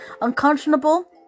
unconscionable